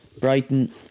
Brighton